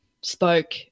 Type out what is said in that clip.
spoke